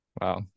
Wow